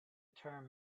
term